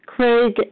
Craig